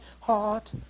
heart